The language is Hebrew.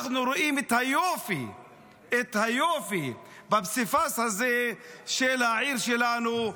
אנחנו רואים את היופי בפסיפס הזה של העיר שלנו.